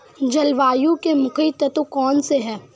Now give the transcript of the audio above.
जलवायु के मुख्य तत्व कौनसे हैं?